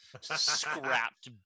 scrapped